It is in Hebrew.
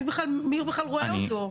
מי בכלל רואה אותו?